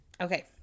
okay